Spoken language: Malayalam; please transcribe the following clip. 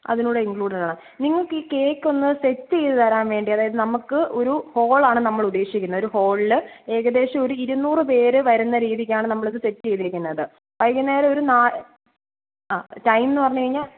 അതിലൂടെ ഇൻക്ലൂഡഡ് ആണ് നിങ്ങൾക്ക് ഈ കേക്ക് ഒന്ന് സെറ്റ് ചെയ്ത് തരാൻ വേണ്ടി അതായത് നമുക്ക് ഒരു ഹാൾ ആണ് നമ്മൾ ഉദ്ദേശിക്കുന്നത് ഒരു ഹാളിൽ ഏകദേശം ഒരു ഇരുനൂറ് പേർ വരുന്ന രീതിക്കാണ് നമ്മൾ ഇത് സെറ്റ് ചെയ്തിരിക്കുന്നത് വൈകുന്നേരം ഒരു നാ ആ ടൈം എന്ന് പറഞ്ഞ് കഴിഞ്ഞാൽ